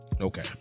Okay